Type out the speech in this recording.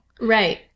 Right